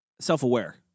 Self-aware